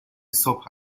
صبح